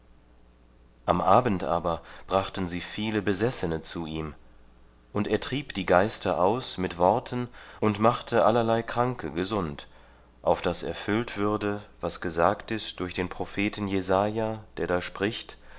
am abend aber brachten sie viele besessene zu ihm und er trieb die geister aus mit worten und machte allerlei kranke gesund auf das erfüllt würde was gesagt ist durch den propheten jesaja der da spricht